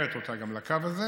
וגם מחברת אותה לקו הזה.